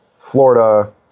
Florida